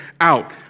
out